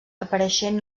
apareixent